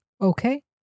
Okay